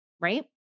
Right